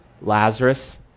Lazarus